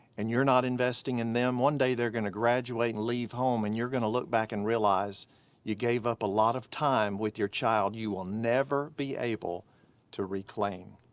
and you're not investing in them, one day they're gonna graduate and leave home and you're gonna look back and realize you gave up a lot of time with your child you will never be able to reclaim.